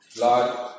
Lord